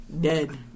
Dead